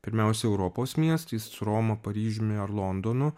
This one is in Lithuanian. pirmiausia europos miestais su roma paryžiumi ar londonu